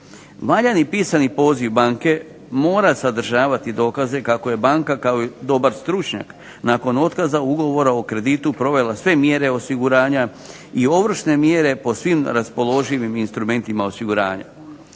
Valjani pisani poziv banke mora sadržavati dokaze kako je banka kao dobar stručnjak nakon otkaza ugovora o kreditu provela sve mjere osiguranja i ovršne mjere po svim raspoloživim instrumentima osiguranja.